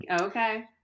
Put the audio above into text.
okay